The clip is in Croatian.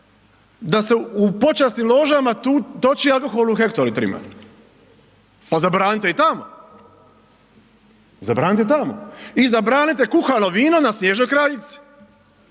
da se u počasnim ložama toči alkohol u hektolitrima. Pa zabranite i tamo, zabranite tamo i zabranite kuhano vino na Snježnoj kraljici